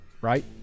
right